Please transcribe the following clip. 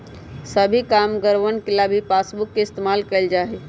सभी कामगारवन ला भी पासबुक के इन्तेजाम कइल जा हई